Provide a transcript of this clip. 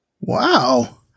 Wow